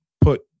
put